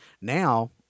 now